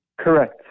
Correct